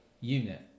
unit